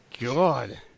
God